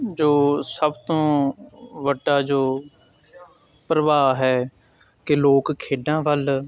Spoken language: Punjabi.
ਜੋ ਸਭ ਤੋਂ ਵੱਡਾ ਜੋ ਪ੍ਰਭਾਵ ਹੈ ਕਿ ਲੋਕ ਖੇਡਾਂ ਵੱਲ